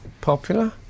Popular